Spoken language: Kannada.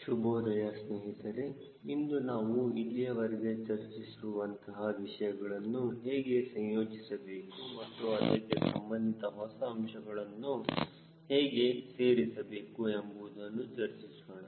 ಶುಭೋದಯ ಸ್ನೇಹಿತರೆ ಇಂದು ನಾವು ಇಲ್ಲಿಯವರೆಗೆ ಚರ್ಚಿಸಿರುವ ಅಂತಹ ವಿಷಯಗಳನ್ನು ಹೇಗೆ ಸಂಯೋಜಿಸಬೇಕು ಮತ್ತು ಅದಕ್ಕೆ ಸಂಬಂಧಿತ ಹೊಸ ಅಂಶಗಳನ್ನು ಹೇಗೆ ಸೇರಿಸಬೇಕು ಎಂಬುದನ್ನು ಚರ್ಚಿಸೋಣ